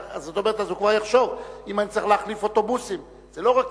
אז הוא כבר יחשוב: אם אני צריך להחליף אוטובוסים,